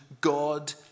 God